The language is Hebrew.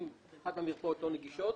אם אחת המרפאות לא נגישות,